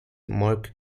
mark